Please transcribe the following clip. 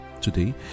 today